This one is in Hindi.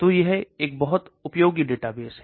तो यह एक बहुत ही उपयोगी डेटाबेस है